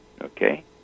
Okay